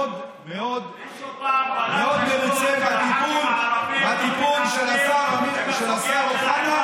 מאוד מאוד מרוצה מהטיפול של השר אוחנה,